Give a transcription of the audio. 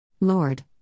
Lord